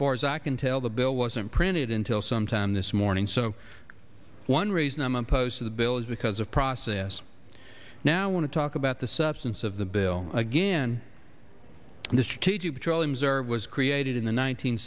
far as i can tell the bill wasn't printed until sometime this morning so one reason i'm opposed to the bill is because of process now want to talk about the substance of the bill again the strategic petroleum reserve was created in the